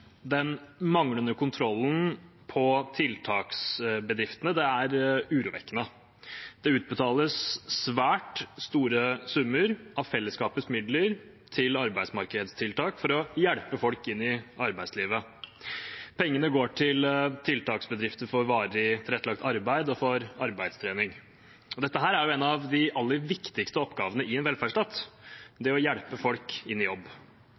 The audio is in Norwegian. Den manglende kontrollen av tiltaksbedriftene er urovekkende. Det utbetales svært store summer av fellesskapets midler til arbeidsmarkedstiltak for å hjelpe folk inn i arbeidslivet. Pengene går til tiltaksbedrifter for varig tilrettelagt arbeid og for arbeidstrening. Dette er en av de aller viktigste oppgavene i en velferdsstat, det å hjelpe folk inn i jobb.